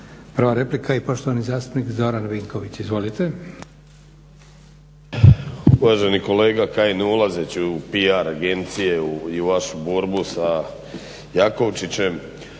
Prva replika i poštovani zastupnik Zoran Vinković. Izvolite. **Vinković, Zoran (HDSSB)** Uvaženi kolega Kajin, ne ulazeći u PR agencije i u vašu borbu sa Jakovčićem,